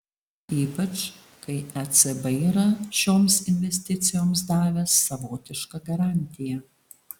ypač kai ecb yra šioms investicijoms davęs savotišką garantiją